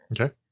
okay